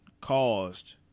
caused